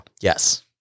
Yes